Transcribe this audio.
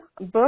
book